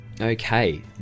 Okay